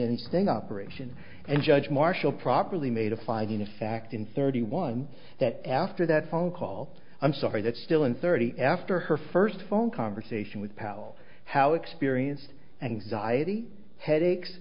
interesting operation and judge marshall properly made a finding of fact in thirty one that after that phone call i'm sorry that's still and thirty after her first phone conversation with pal how experienced anxiety headaches